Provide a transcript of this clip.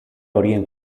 horien